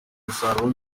musaruro